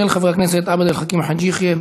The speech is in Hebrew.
של חברי הכנסת עבד אל חכים חאג' יחיא,